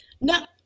No